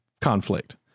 conflict